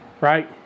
Right